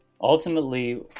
Ultimately